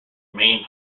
main